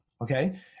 okay